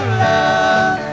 love